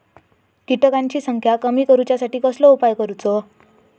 किटकांची संख्या कमी करुच्यासाठी कसलो उपाय करूचो?